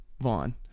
Vaughn